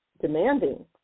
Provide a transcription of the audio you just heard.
demanding